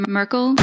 Merkel